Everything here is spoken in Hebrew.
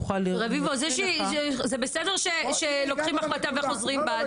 הנחיתי --- זה בסדר אם לוקחים החלטה וחוזרים בה.